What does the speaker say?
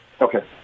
Okay